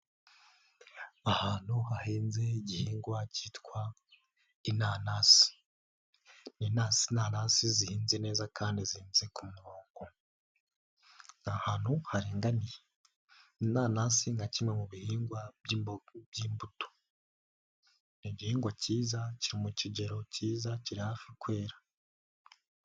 Ahantu hahinze igihingwa cyitwa inanasi, inanasi zihinze neza kandi zihinze ku murongo. Ni ahantu haringaniye. Inanasi nka kimwe mu bihingwa by'imbuto. Ni gihingwa cyiza kiri mu kigero cyiza, kiri hafi kwera.